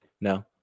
No